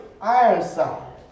Ironside